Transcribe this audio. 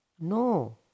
no